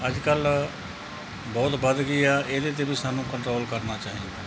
ਅੱਜ ਕੱਲ੍ਹ ਬਹੁਤ ਵੱਧ ਗਈ ਆ ਇਹਦੇ 'ਤੇ ਵੀ ਸਾਨੂੰ ਕੰਟਰੋਲ ਕਰਨਾ ਚਾਹੀਦਾ